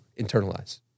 internalize